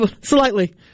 Slightly